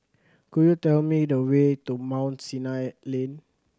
could you tell me the way to Mount Sinai Lane